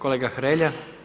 Kolega Hrelja.